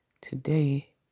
today